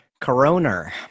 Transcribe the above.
coroner